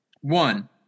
One